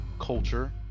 culture